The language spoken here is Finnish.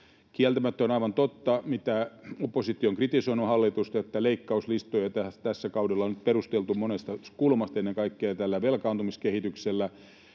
Kieltämättä se on aivan totta, mistä oppositio on kritisoinut hallitusta, että leikkauslistoja tällä kaudella on perusteltu monesta kulmasta, ennen kaikkea tällä velkaantumiskehityksellä,